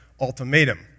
ultimatum